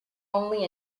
only